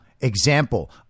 example